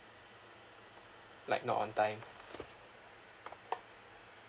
like not on time